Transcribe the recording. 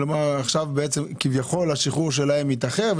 כביכול השחרור שלהם התאחר,